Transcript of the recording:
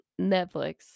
Netflix